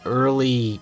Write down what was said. early